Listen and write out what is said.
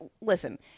listen